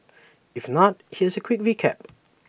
if not here's A quick recap